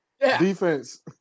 Defense